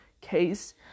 case